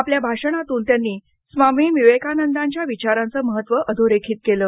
आपल्या भाषणातून त्यांनी स्वामी विवेकानंदांच्या विचारांचं महत्त्व अधोरेखित केलं